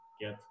get